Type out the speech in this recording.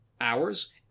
hours